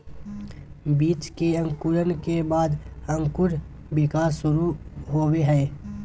बीज के अंकुरण के बाद अंकुर विकास शुरू होबो हइ